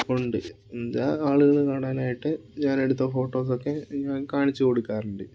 ഉണ്ട് എന്താ ആളുകള് കാണാനായിട്ട് ഞാനെടുത്ത ഫോട്ടോസൊക്കെ ഞാൻ കാണിച്ചു കൊടുക്കാറുണ്ട്